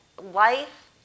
Life